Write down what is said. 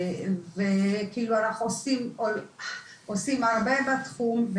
אנחנו עושים הרבה בתחום,